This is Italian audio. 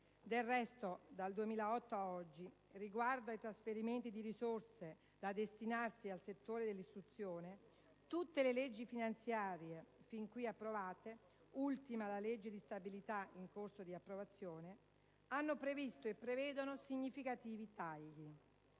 Del resto, dal 2008 ad oggi, riguardo ai trasferimenti di risorse da destinarsi al settore dell'istruzione, tutte le leggi finanziarie fin qui approvate - ultima la legge di stabilità in corso di approvazione - hanno previsto e prevedono significativi tagli.